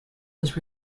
was